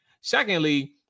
Secondly